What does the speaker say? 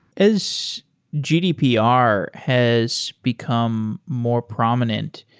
as gdpr has become more prominent,